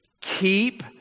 Keep